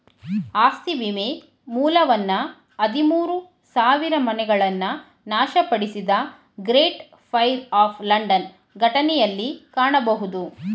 ಆಸ್ತಿ ವಿಮೆ ಮೂಲವನ್ನ ಹದಿಮೂರು ಸಾವಿರಮನೆಗಳನ್ನ ನಾಶಪಡಿಸಿದ ಗ್ರೇಟ್ ಫೈರ್ ಆಫ್ ಲಂಡನ್ ಘಟನೆಯಲ್ಲಿ ಕಾಣಬಹುದು